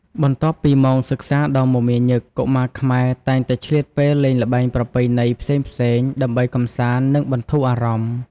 បន្ទាប់ពីម៉ោងសិក្សាដ៏មមាញឹក កុមារខ្មែរតែងតែឆ្លៀតពេលលេងល្បែងប្រពៃណីផ្សេងៗ ដើម្បីកម្សាន្ត និងបន្ធូរអារម្មណ៍។